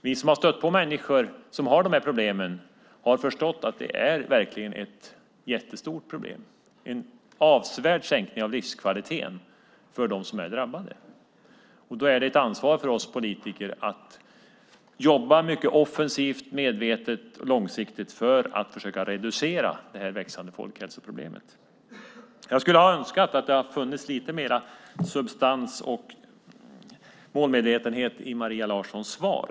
Vi som har stött på människor som har de här problemen har förstått att detta verkligen är något som innebär en avsevärd sänkning av livskvaliteten för dem som är drabbade. Då är det ett ansvar för oss politiker att försöka jobba mycket offensivt, medvetet och långsiktigt för att försöka reducera detta växande folkhälsoproblem. Jag skulle ha önskat att det fanns lite mer substans och målmedvetenhet i Maria Larssons svar.